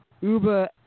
Uber